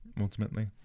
ultimately